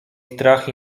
strach